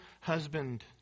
husband